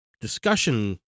discussion